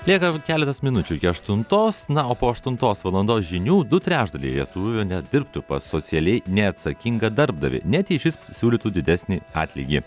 lieka keletas minučių iki aštuntos na o po aštuntos valandos žinių du trečdaliai lietuvių nedirbtų pas socialiai neatsakingą darbdavį net jei šis siūlytų didesnį atlygį